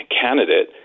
candidate